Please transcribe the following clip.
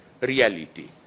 reality